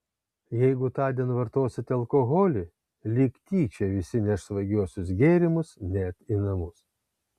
jeigu tądien vartosite alkoholį lyg tyčia visi neš svaigiuosius gėrimus net į namus